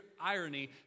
irony